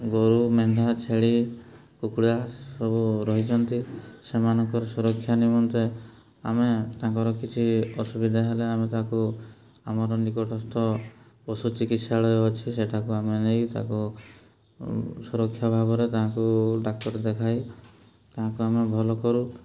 ଗୋରୁ ମେଣ୍ଢା ଛେଳି କୁକୁଡ଼ା ସବୁ ରହିଛନ୍ତି ସେମାନଙ୍କର ସୁରକ୍ଷା ନିମନ୍ତେ ଆମେ ତାଙ୍କର କିଛି ଅସୁବିଧା ହେଲେ ଆମେ ତାକୁ ଆମର ନିକଟସ୍ଥ ପଶୁ ଚିକିତ୍ସାଳୟ ଅଛି ସେଠାକୁ ଆମେ ନେଇ ତାକୁ ସୁରକ୍ଷା ଭାବରେ ତାହାକୁ ଡାକ୍ତର ଦେଖାଇ ତାହାକୁ ଆମେ ଭଲ କରୁ